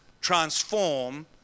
transform